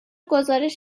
گزارش